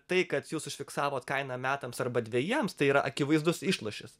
tai kad jūs užfiksavot kainą metams arba dvejiems tai yra akivaizdus išlošis